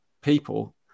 people